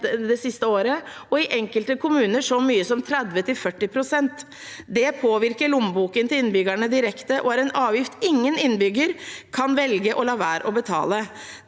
i enkelte kommuner så mye som 30–40 pst. Det påvirker lommeboken til innbyggerne direkte og er en avgift ingen innbygger kan velge å la være å betale.